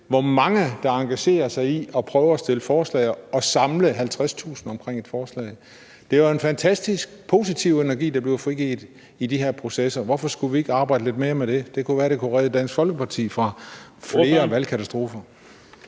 hvor mange der engagerer sig i at prøve at stille forslag og samle 50.000 omkring et forslag. Det er en fantastisk positiv energi, der bliver frigivet i de her processer. Hvorfor skulle vi ikke arbejde lidt mere med det? Det kunne være, at det kunne redde Dansk Folkeparti fra flere valgkatastrofer.